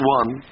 one